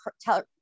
tell